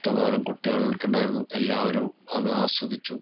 ഇഷ്ടം പോലെ കുട്ടികളൊക്കെയുണ്ടായിരുന്നു എല്ലാവരും അത് ആസ്വദിച്ചു